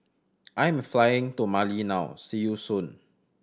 I am flying to Mali now see you soon